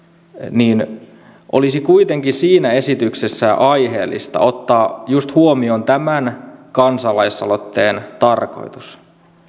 olisi kuitenkin siinä esityksessä aiheellista ottaa just huomioon tämän kansalaisaloitteen tarkoitus